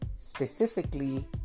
Specifically